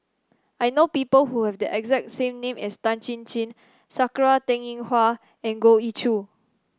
I know people who have the exact name as Tan Chin Chin Sakura Teng Ying Hua and Goh Ee Choo